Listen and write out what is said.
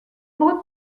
bretons